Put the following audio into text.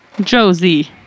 josie